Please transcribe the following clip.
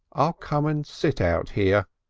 i'll come and sit out here.